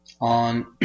on